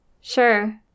Sure